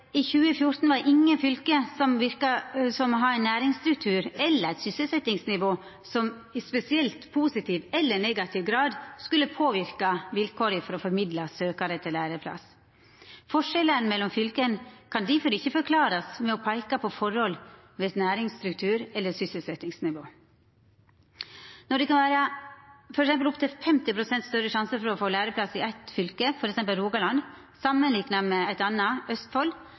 i 2014 ikkje var nokon fylke som hadde ein næringsstruktur eller eit sysselsetjingsnivå som i spesielt positiv eller negativ grad skulle ha påverka vilkåra for å formidla søkjarar til læreplass. Forskjellane mellom fylka kan difor ikkje forklarast med å peika på forhold ved næringsstruktur eller sysselsetjingsnivå. Når det f.eks. kan vera opp til 50 pst. større sjanse for å få læreplass i eitt fylke, f.eks. Rogaland, samanlikna med eit anna, Østfold,